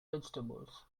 vegetables